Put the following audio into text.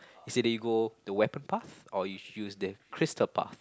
it's either you go the weapon path or you use the crystal path